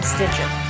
Stitcher